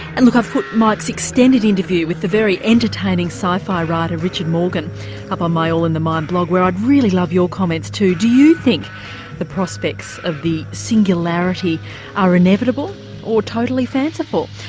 and like i've put mike's extended interview with the very entertaining sci-fi writer richard morgan up on my all in the mind blog, where i'd really love your comments too. do you think the prospects of the singularity are inevitable or totally fanciful?